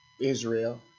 Israel